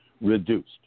reduced